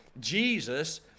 Jesus